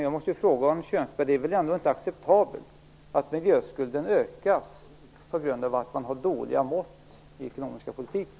Jag måste då fråga Arne Kjörnsberg: Det är väl ändå inte acceptabelt att miljöskulden ökar på grund av att man har dåliga mått i den ekonomiska politiken?